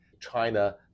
china